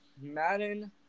Madden